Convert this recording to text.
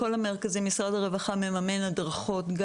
בכל המרכזים משרד הרווחה מממן הדרכות.